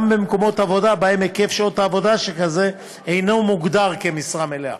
גם במקומות עבודה שבהם היקף שעות כזה אינו מוגדר כמשרה מלאה.